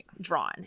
drawn